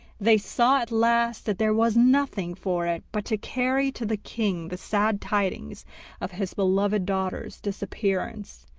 they saw at last that there was nothing for it but to carry to the king the sad tidings of his beloved daughter's disappearance.